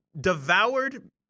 devoured